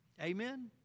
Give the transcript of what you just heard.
Amen